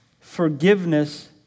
Forgiveness